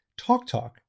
TalkTalk